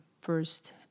first